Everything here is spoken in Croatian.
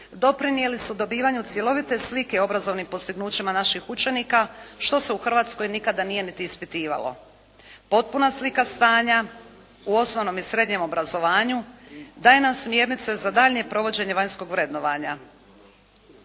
doprinijeli su dobivanju cjelovite slike u obrazovnim postignućima naših učenika, što se u Hrvatskoj nikada nije niti ispitivalo. Postupna slika stanja u osnovnom i srednjem obrazovanju daje nam smjernice za daljnje provođenje vanjskog vrednovanja.